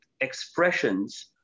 expressions